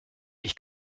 ich